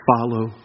follow